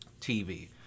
TV